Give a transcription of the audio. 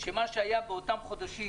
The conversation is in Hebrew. שמה שהיה באותם חודשים,